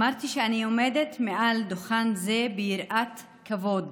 אמרתי שאני עומדת מעל דוכן זה ביראת כבוד,